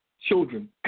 children